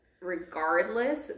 regardless